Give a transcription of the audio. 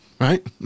right